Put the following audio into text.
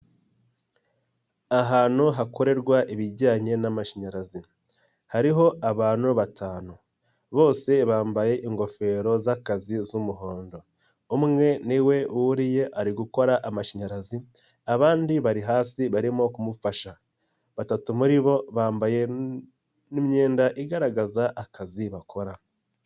Ahantu hakorerwa ibijyanye n'amashanyarazi hariho abantu batanu bose bambaye ingofero z'akazi z'umuhondo, umwe ni we wuriye ari gukora amashanyarazi abandi bari hasi barimo kumufasha, batatu muri bo bambaye n'imyenda igaragaza akazi bakora.